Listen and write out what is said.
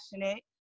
passionate